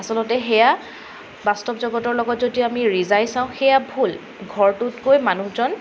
আচলতে সেয়া বাস্তৱ জগতৰ লগত যদি আমি ৰিজাই চাওঁ সেয়া ভুল ঘৰটোতকৈ মানুহজন